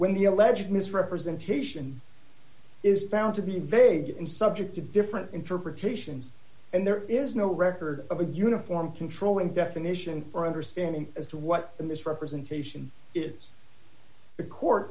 when the alleged misrepresentation is found to be vague and subject to different interpretations and there is no record of a uniform controlling definition for understanding as to what the misrepresentation is the court